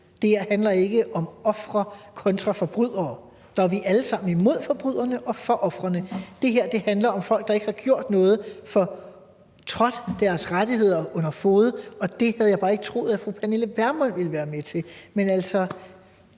Det her handler ikke om ofre kontra forbrydere – vi er alle sammen imod forbryderne og for ofrene. Det her handler om, at folk, der ikke har gjort noget, får trådt deres rettigheder under fode, og det havde jeg bare ikke troet at fru Pernille Vermund ville være med til.